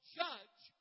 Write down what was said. judge